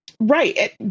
right